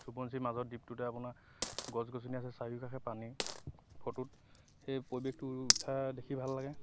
সোৱণশিৰি মাজত দ্বীপটোতে আপোনাৰ গছ গছনি আছে চাৰিওকাষে পানী ফটোত সেই প্ৰৱেশটো উঠা দেখি ভাল লাগে